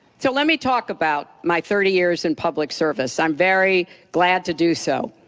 so let me talk about my thirty years in public service. i'm very glad to do so.